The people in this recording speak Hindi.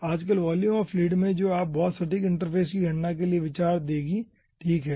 आजकल वॉल्यूम ऑफ़ फ्लूइड में जो आपको सटीक इंटरफ़ेस की गणना का विचार देगी ठीक है